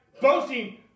boasting